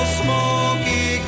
smoky